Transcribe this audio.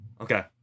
Okay